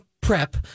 prep